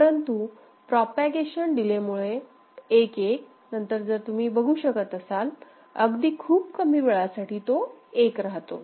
परंतु प्रोपागेशन डिलेमुळे 1 1 नंतर जर तुम्ही बघू शकत असाल अगदी खूप कमी वेळेसाठी तो 1 राहतो